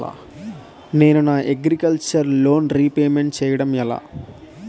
నేను నా agriculture loan repayment చేయడం ఎలా?